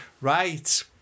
Right